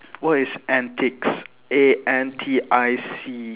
what is antics A N T I C